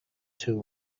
two